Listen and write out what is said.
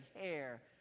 hair